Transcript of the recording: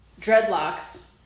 dreadlocks